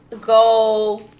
go